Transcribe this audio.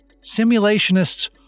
Simulationists